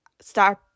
start